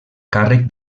càrrec